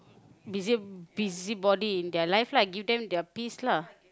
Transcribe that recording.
you say busybody in their life lah give them their peace lah